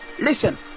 listen